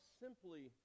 simply